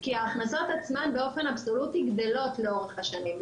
כי ההכנסות עצמן באופן אבסולוטי גדלות לאורך השנים,